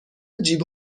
جیب